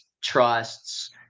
trusts